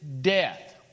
death